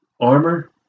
armor